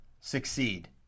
succeed